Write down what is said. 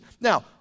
Now